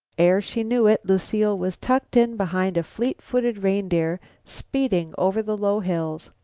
ere she knew it, lucile was tucked in behind a fleet-footed reindeer, speeding over the low hills.